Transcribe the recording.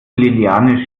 liliane